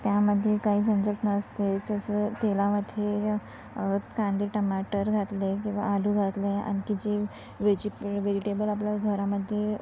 त्यामध्ये काही झंझट नसते जसं तेलामध्ये कांदे टमाटर घातले किंवा आलू घातले आणखी जे वेजी वेजिटेबल आपलं घरामध्ये